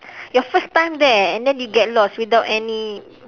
your first time there and then you get lost without any